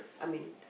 I mean